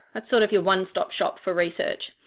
that's sort of your one-stop shop for research.